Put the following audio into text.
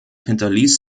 hinterließ